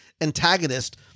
antagonist